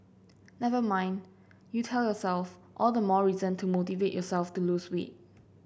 never mind you tell yourself all the more reason to motivate yourself to lose weight